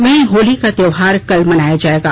वहीं होली का त्योहार कल मनाया जायेगा